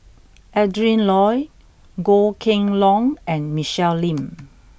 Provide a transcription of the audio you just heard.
Adrin Loi Goh Kheng Long and Michelle Lim